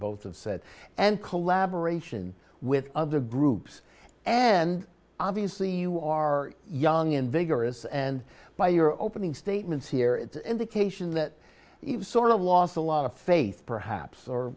both have said and collaboration with other groups and obviously you are young and vigorous and by your opening statements here it's indication that you've sort of lost a lot of faith perhaps or